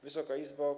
Wysoka Izbo!